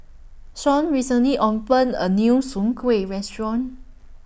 Shawn recently opened A New Soon Kuih Restaurant